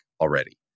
already